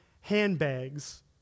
handbags